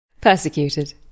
persecuted